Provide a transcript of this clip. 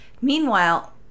meanwhile